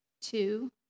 two